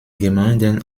gemeinden